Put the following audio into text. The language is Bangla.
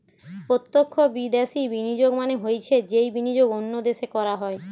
প্রত্যক্ষ বিদ্যাশি বিনিয়োগ মানে হৈছে যেই বিনিয়োগ অন্য দেশে করা হয়